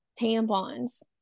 tampons